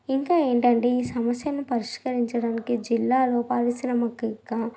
ఇంకా ఏంటంటే ఈ సమస్యను పరిష్కరించడానికి జిల్లాలో పారిశ్రామికీక